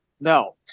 No